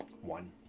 one